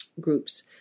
groups